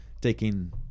taking